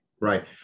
Right